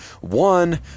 One